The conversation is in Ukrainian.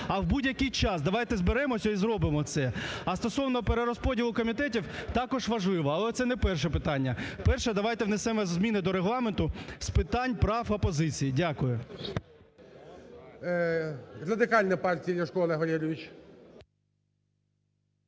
а в будь-який час давайте зберемося і зробимо це. А стосовно перерозподілу комітетів, також важливо, але це не перше питання. Перше, давайте внесемо зміни до Регламенту з питань прав опозиції. Дякую. ГОЛОВУЮЧИЙ. Радикальна партія, Ляшко Олег Валерійович.